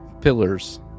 pillars